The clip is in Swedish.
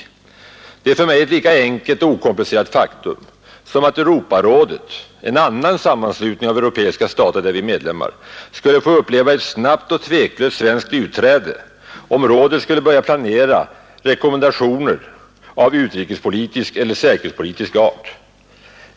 Detta är för mig ett lika enkelt och okomplicerat faktum, som att Europarådet, en annan sammanslutning av europeiska stater där vi är medlemmar, skulle få uppleva ett snabbt och tveklöst svenskt utträde om rådet skulle börja planera rekommendationer av utrikespolitisk eller säkerhetspolitisk art.